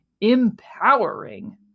empowering